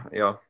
ja